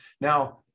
Now